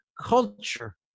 culture